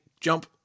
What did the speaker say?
jump